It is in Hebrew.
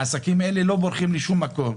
העסקים האלה לא בורחים לשום מקום,